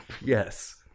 Yes